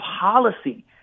policy